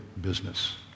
business